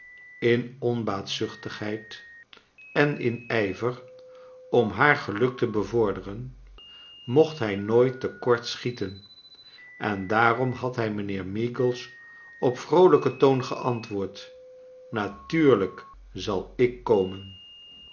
in onbaatzuchtigheid en in ijver om haar geluk te bevorderen moclit hij nooit te kort schieten en daarom had hij mijnheer meagles op vroolijken toon geantwoord nafruurlijk zal ik komen